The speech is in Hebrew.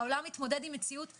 העולם מתמודד עם מציאות אחרת.